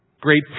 Great